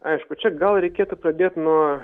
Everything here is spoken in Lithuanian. aišku čia gal reikėtų pradėt nuo